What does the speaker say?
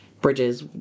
bridges